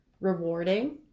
rewarding